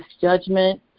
judgment